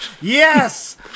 yes